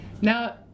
Now